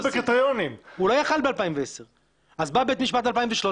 אז בא בית-משפט ב-2013,